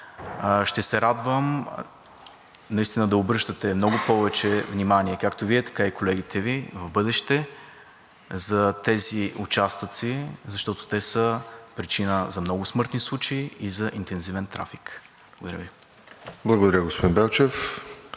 Ще се радвам наистина да обръщате много повече внимание както Вие, така и колегите Ви, в бъдеще за тези участъци, защото те са причина за много смъртни случаи и за интензивен трафик. Благодаря Ви. ПРЕДСЕДАТЕЛ РОСЕН